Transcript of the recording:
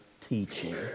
teaching